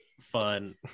fun